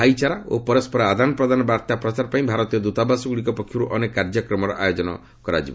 ଭାଇଚାରା ଓ ପରସ୍କର ଆଦାନ ପ୍ରଦାନ ବାର୍ତ୍ତା ପ୍ରଚାର ପାଇଁ ଭାରତୀୟ ଦୂତାବାସଗୁଡ଼ିକ ପକ୍ଷରୁ ଅନେକ କାର୍ଯ୍ୟକ୍ରମର ଆୟୋଚ୍ଚନ କରାଯିବ